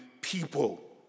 people